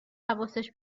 حواسش